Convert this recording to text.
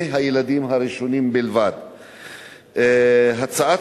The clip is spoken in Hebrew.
אדוני היושב-ראש, אני מביא הצעה